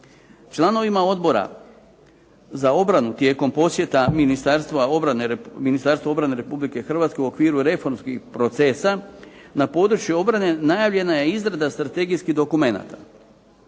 Članovima Odbora za obranu tijekom posjeta Ministarstva obrane Republike Hrvatske u okviru reformskih procesa, na području obrane, najavljena je izrada strategijskih dokumenata.